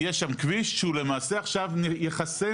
יש שם כביש שהוא למעשה עכשיו יחסם